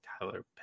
Tyler